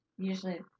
usually